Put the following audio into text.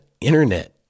internet